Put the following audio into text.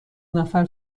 نفر